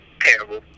terrible